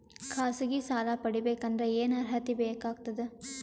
ಖಾಸಗಿ ಸಾಲ ಪಡಿಬೇಕಂದರ ಏನ್ ಅರ್ಹತಿ ಬೇಕಾಗತದ?